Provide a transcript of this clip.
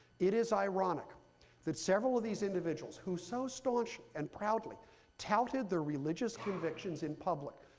it is ironic that several of these individuals, who so staunch and proudly touted the religious convictions in public,